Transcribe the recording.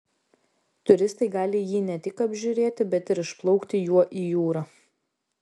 turistai gali jį ne tik apžiūrėti bet ir išplaukti juo į jūrą